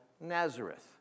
Nazareth